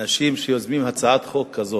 אנשים שיוזמים הצעת חוק כזאת,